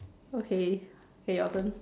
okay okay your turn